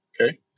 Okay